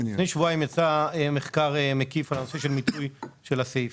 לפני שבועיים יצא מחקר מקיף על הנושא של מיצוי הסעיף.